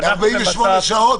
48 שעות?